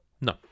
No